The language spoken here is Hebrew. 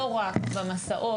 לא רק במסעות,